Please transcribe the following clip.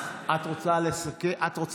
את רוצה לסכם?